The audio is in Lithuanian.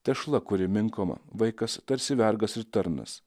tešla kuri minkoma vaikas tarsi vergas ir tarnas